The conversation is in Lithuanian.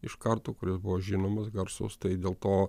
iš karto kuris buvo žinomas garsus tai dėl to